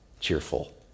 cheerful